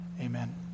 Amen